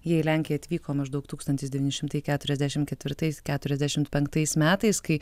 jie į lenkiją atvyko maždaug tūkstantis devyni šimtai keturiasdešimt ketvirtais keturiasdešimt penktais metais kai